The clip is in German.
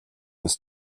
ist